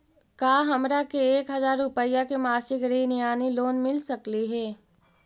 का हमरा के एक हजार रुपया के मासिक ऋण यानी लोन मिल सकली हे?